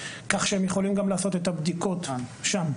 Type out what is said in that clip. כך שהם יכולים גם לעשות את הבדיקות שם.